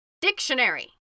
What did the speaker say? dictionary